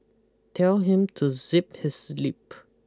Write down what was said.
tell him to zip his lip